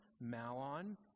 Malon